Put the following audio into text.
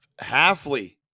Halfley